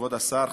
כבוד השר,